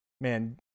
man